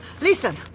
Listen